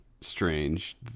strange